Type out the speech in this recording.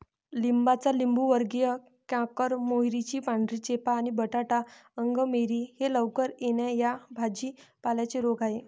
लिंबाचा लिंबूवर्गीय कॅन्कर, मोहरीची पांढरी चेपा आणि बटाटा अंगमेरी हे लवकर येणा या भाजी पाल्यांचे रोग आहेत